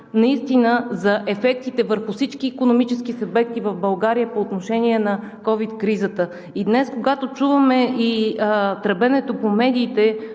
наистина за ефектите върху всички икономически субекти в България по отношение на ковид кризата? И днес, когато чуваме тръбенето по медиите